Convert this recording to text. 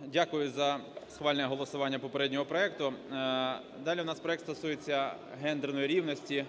10:33:56 ВІННИК І.Ю. Дякую за схвальне голосування попереднього проекту. Далі у нас проект стосується гендерної рівності